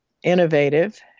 innovative